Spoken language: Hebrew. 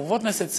חברות כנסת,